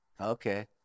Okay